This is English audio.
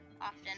often